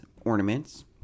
ornaments